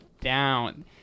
down